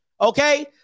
Okay